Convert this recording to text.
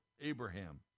Abraham